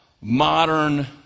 modern